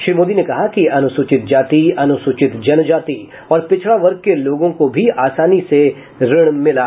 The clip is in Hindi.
श्री मोदी ने कहा कि अनुसूचित जाति अनुसूचित जनजाति और पिछड़ा वर्ग के लोगों को भी आसानी से ऋण मिला है